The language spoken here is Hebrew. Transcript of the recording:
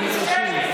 ועדת המדע.